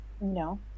no